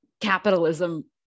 capitalism